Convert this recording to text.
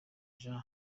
jean